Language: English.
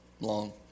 long